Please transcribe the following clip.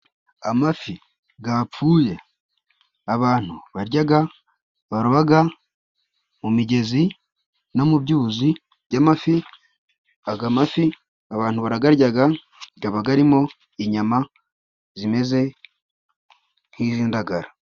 Amafi gapfuye abantu baryaga barobaga mu migezi no mu byuzi by'amafi , aga mafi abantu baragaryaga, gaba garimo inyama zimeze nk'iz'indagara.